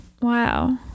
Wow